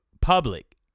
public